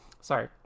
Sorry